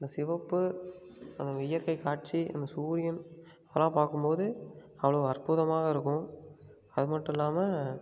அந்த சிவப்பு அந்த இயற்கைக் காட்சி அந்த சூரியன் அதல்லாம் பார்க்கும்போது அவ்வளோ அற்புதமாக இருக்கும் அது மட்டும் இல்லாமல்